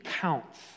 counts